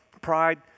pride